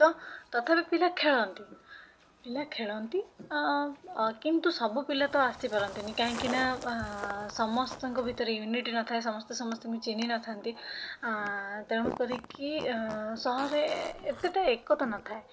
ତ ତଥାପି ପିଲା ଖେଳନ୍ତି ପିଲା ଖେଳନ୍ତି କିନ୍ତୁ ସବୁ ପିଲା ତ ଆସିପାରନ୍ତିନି କାହିଁକିନା ସମସ୍ତଙ୍କ ଭିତରେ ୟୁନିଟି ନଥାଏ ସମସ୍ତେ ସମସ୍ତଙ୍କୁ ଚିହ୍ନି ନଥାନ୍ତି ତେଣୁ କରିକି ସହରରେ ଏତେଟା ଏକତା ନଥାଏ